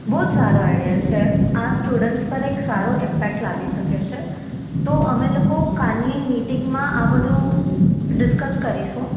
બોજ સારો આઇડિયા છે આ સ્ટુડન્ટ પર એક સારો ઇમ્પેક લાવી શકે છે તો અમે લોકો કાલની મિટિંગમાં આ બધું ડિસ્કશન કરીશું